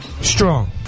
Strong